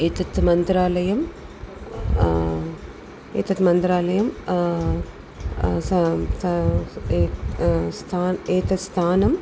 एतत् मन्त्रालयं एतत् मन्त्रालयं सा सा ए स्थानम् एतत् स्थानम्